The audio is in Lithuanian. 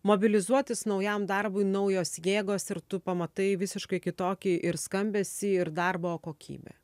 mobilizuotis naujam darbui naujos jėgos ir tu pamatai visiškai kitokį ir skambesį ir darbo kokybę